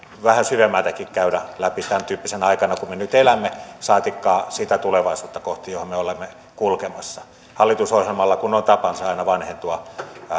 vähän syvemmältäkin käydä läpi sitä tämäntyyppisenä aikana jolloin me nyt elämme saatikka sitä tulevaisuutta kohti johon me olemme kulkemassa hallitusohjelmalla kun on tapana aina vanhentua